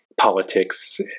politics